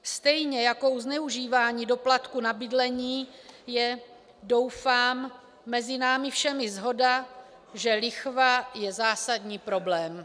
Stejně jako u zneužívání doplatku na bydlení je, doufám, mezi námi všemi shoda, že lichva je zásadní problém.